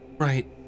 right